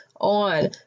on